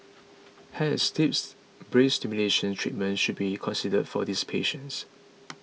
hence deep brain stimulation treatment should be considered for these patients